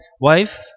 wife